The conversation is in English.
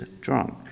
drunk